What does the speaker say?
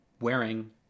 wearing